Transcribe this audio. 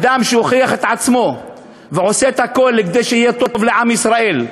אדם שהוכיח את עצמו ועושה את הכול כדי שיהיה טוב לעם ישראל.